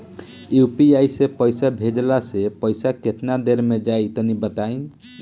UPI से पईसा भेजलाऽ से पईसा केतना देर मे जाई तनि बताई?